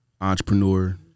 entrepreneur